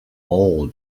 all